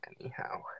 anyhow